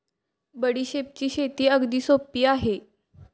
बडीशेपची शेती अगदी सोपी आहे